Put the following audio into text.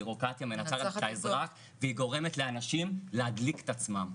הביורוקרטיה מנצחת את האזרח והיא גורמת לאנשים להדליק את עצמם,